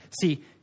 See